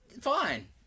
fine